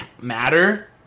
matter